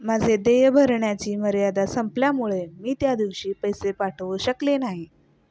माझे देय भरण्याची मर्यादा संपल्यामुळे मी त्या दिवशी पैसे पाठवू शकले नाही